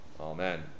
Amen